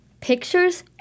pictures